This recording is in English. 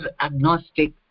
agnostic